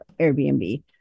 airbnb